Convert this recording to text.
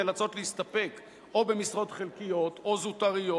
נאלצות להסתפק במשרות חלקיות או זוטרות,